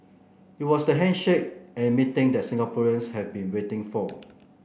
it was the handshake and meeting that Singaporeans have been waiting for